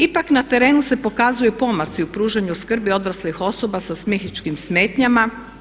Ipak na terenu se pokazuju pomaci u pružanju skrbi odraslih osoba sa psihičkim smetnjama.